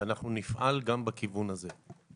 ואנחנו נפעל גם בכיוון הזה.